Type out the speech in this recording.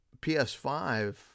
PS5